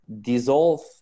dissolve